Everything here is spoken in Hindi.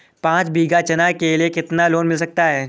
पाँच बीघा चना के लिए कितना लोन मिल सकता है?